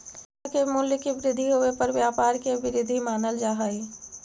share के मूल्य के वृद्धि होवे पर व्यापार के वृद्धि मानल जा हइ